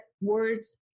words